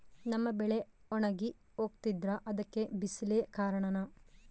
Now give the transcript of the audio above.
ನಮ್ಮ ಬೆಳೆ ಒಣಗಿ ಹೋಗ್ತಿದ್ರ ಅದ್ಕೆ ಬಿಸಿಲೆ ಕಾರಣನ?